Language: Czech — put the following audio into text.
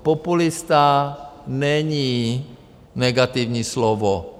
Populista není negativní slovo.